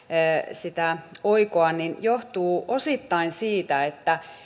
sitä oikoa johtuu osittain siitä että